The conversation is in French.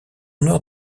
noire